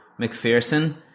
McPherson